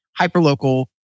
hyperlocal